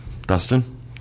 Dustin